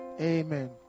Amen